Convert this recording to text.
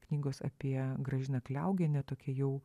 knygos apie gražiną kliaugienę tokia jau